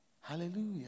Hallelujah